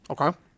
Okay